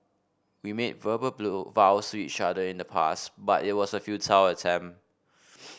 we made verbal blue vows to each other in the past but it was a futile attempt